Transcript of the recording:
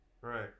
Right